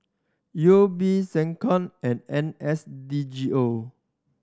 U O B SecCom and N S D G O